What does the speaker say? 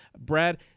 Brad